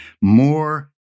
more